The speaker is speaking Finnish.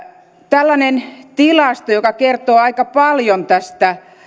tällainen tilasto joka kertoo aika paljon tästä asumisen